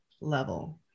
level